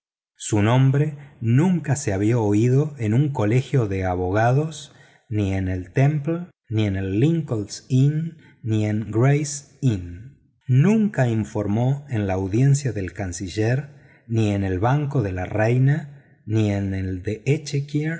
su nombre nunca se había oído en un colegio de abogados ni de en gray's inn nunca informó en la audiencia del canciller ni en el banco de la reina ni en el